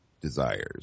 desires